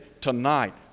tonight